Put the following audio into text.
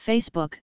Facebook